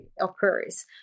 occurs